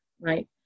right